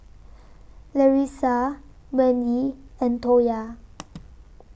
Larissa Wendi and Toya